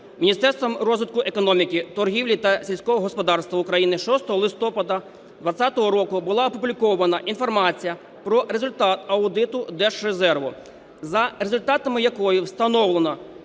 Міністерством розвитку економіки, торгівлі та сільського господарства України 6 листопада 20-го року була опублікована інформація про результати аудиту Держрезерву. За результатами якої встановлено,